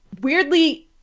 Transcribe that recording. weirdly